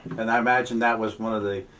and i imagine that was one of the